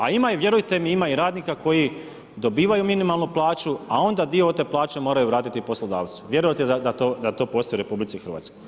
A ima i vjerujte mi, ima i radnika koji dobivaju minimalnu plaću a onda dio od te plaće moraju vratiti poslodavcu, vjerujte da to postoji u RH.